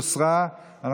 ההסתייגות הוסרה.